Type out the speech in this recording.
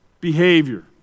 behavior